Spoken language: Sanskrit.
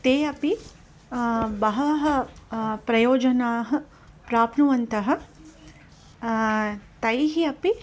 ते अपि बहवः प्रयोजनाः प्राप्नुवन्तः तैः अपि